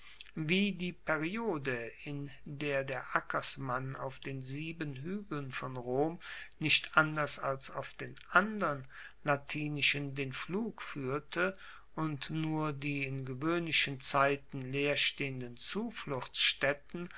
wie die periode in der der ackersmann auf den sieben huegeln von rom nicht anders als auf den andern latinischen den pflug fuehrte und nur die in gewoehnlichen zeiten leerstehenden zufluchtsstaetten